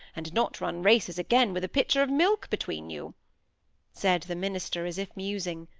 and not run races again with a pitcher of milk between you said the minister, as if musing.